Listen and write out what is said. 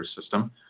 system